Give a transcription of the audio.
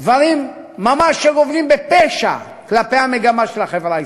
דברים שממש גובלים בפשע כלפי המגמה של החברה הישראלית.